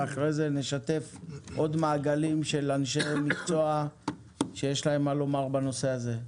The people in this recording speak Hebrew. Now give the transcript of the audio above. ואחרי זה נשתף עוד מעגלים של אנשי מקצוע שיש להם מה לומר בנושא הזה.